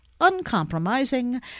uncompromising